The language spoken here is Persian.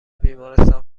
بیمارستان